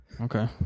Okay